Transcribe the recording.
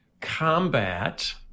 combat